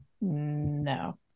No